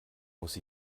muss